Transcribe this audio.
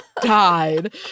died